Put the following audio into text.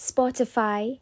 Spotify